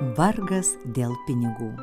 vargas dėl pinigų